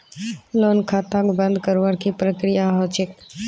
loan खाताक बंद करवार की प्रकिया ह छेक